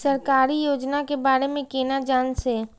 सरकारी योजना के बारे में केना जान से?